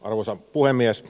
arvoisa puhemies